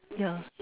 yeah